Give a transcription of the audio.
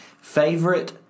Favorite